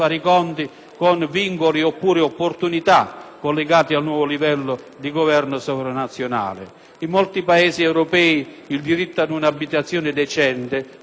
collegate al nuovo livello di governo sovranazionale. In molti paesi Europei il diritto ad una abitazione decente fa parte a pieno titolo della cittadinanza sociale.